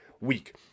week